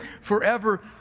forever